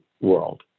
world